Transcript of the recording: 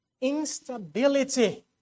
instability